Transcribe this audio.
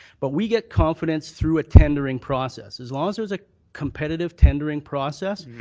but we get confidence through a tendering process. as long as there's a competitive tendering process,